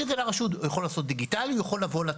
הוא מגיש את זה לרשות אפשר דיגיטלית והוא יכול לבוא ולמסור.